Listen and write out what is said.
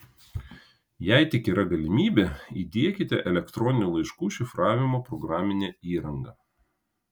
jei tik yra galimybė įdiekite elektroninių laiškų šifravimo programinę įrangą